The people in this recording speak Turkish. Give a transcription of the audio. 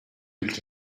ülke